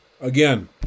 Again